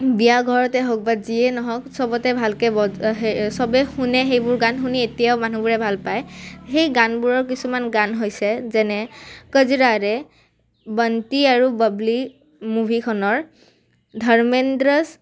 বিয়া ঘৰতে হওক বা যিয়েই নহওক চবতে ভালকৈ ব চবে শুনে সেইবোৰ গান শুনি এতিয়াও মানুহবোৰে ভাল পায় সেই গানবোৰৰ কিছুমান গান হৈছে যেনে কজৰাৰে বন্তি আৰু ববলী মুভিখনৰ ধৰ্মেন্দ্ৰ